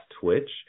twitch